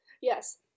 Yes